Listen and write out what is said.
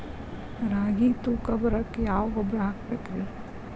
ರಾಗಿ ತೂಕ ಬರಕ್ಕ ಯಾವ ಗೊಬ್ಬರ ಹಾಕಬೇಕ್ರಿ?